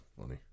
funny